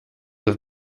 have